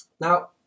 Now